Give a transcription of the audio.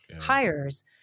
hires